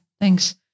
Thanks